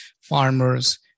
farmers